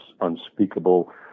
unspeakable